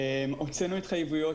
הוצאנו התחייבויות,